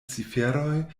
ciferoj